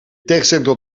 tegenstelling